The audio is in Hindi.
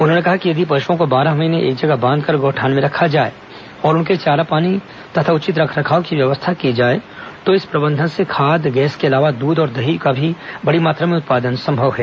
उन्होंने कहा कि यदि पशुओं को बारह महीने एक जगह बांधकर गौठान में रखा जाए और उनके लिए चारा पानी तथा उचित रखरखाव की व्यवस्था कर दी जाए तो इस प्रबंधन से खाद गैस के अलावा दूध और दही का भी बड़ी मात्रा में उत्पादन संभव है